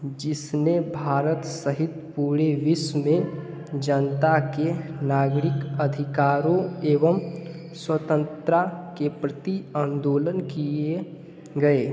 जिसने भारत सहित पूड़े विश्व में जनता के नागरिक अधिकारों एवं स्वतंत्रा के प्रति आंदोलन किए गए